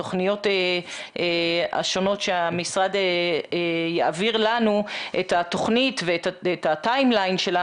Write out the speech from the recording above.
התוכנית שהמשרד יעביר לנו ואת הטיים-ליין שלה,